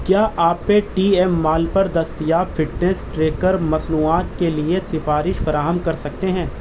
کیا آپ Paytm mall پر دستیاب فٹنس ٹریکر مصنوعات کے لیے سفارش فراہم کر سکتے ہیں